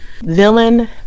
villain